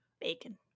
Bacon